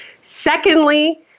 Secondly